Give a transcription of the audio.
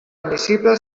admissible